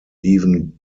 even